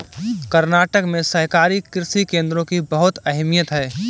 कर्नाटक में सहकारी कृषि केंद्रों की बहुत अहमियत है